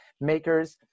makers